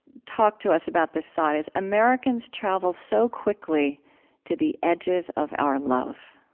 talk to us about this thought, is americans travel so quickly to the edges of our love.